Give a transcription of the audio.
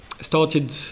started